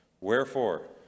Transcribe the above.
Wherefore